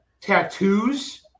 tattoos